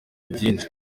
byinshi